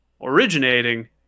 originating